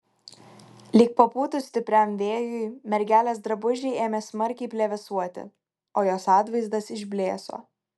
lyg papūtus stipriam vėjui mergelės drabužiai ėmė smarkiai plevėsuoti o jos atvaizdas išblėso